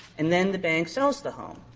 and then the bank sells the home.